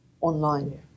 online